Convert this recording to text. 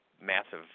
massive